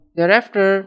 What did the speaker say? Thereafter